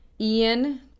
Ian